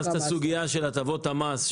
נאבקנו בסוגיית הטבות המס,